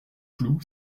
cloud